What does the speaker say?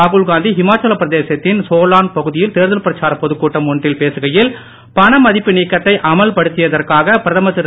ராகுல் காந்தி ஹிமாச்சலப் பிரதேசத்தின் சோலான் பகுதியில் தேர்தல் பிரச்சாரப் பொதுக் கூட்டம் ஒன்றில் பேசுகையில் பணமதிப்பு நீக்கத்தை அமல் படுத்தியதற்காக பிரதமர் திரு